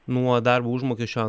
nuo darbo užmokesčio